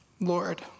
Lord